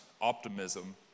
optimism